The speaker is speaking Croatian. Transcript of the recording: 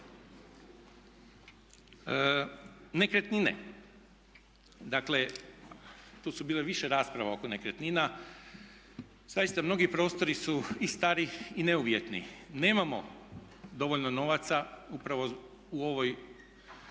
Nekretnine, dakle tu je bilo više rasprava oko nekretnina. Zaista mnogi prostori su i stari i neuvjetni. Nemamo dovoljno novaca upravo u ovim